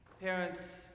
Parents